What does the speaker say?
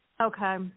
Okay